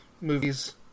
movies